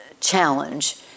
challenge